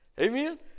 Amen